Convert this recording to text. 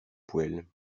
poêles